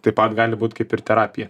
taip pat gali būt kaip ir terapija